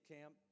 Camp